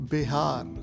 Bihar